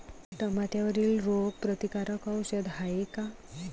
टमाट्यावरील रोग प्रतीकारक औषध हाये का?